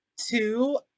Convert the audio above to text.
two